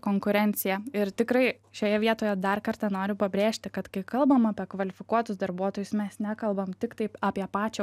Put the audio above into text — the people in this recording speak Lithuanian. konkurencija ir tikrai šioje vietoje dar kartą noriu pabrėžti kad kai kalbam apie kvalifikuotus darbuotojus mes nekalbam tiktai apie pačią